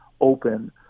open